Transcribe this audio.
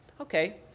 Okay